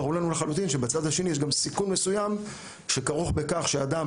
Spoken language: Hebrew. ברור לנו לחלוטין שבצד השני יש גם סיכון מסוים שכרוך בכך שאדם,